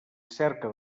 cerca